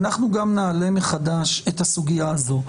אנחנו גם נעלה חדש את הסוגיה הזו.